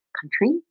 country